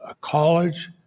college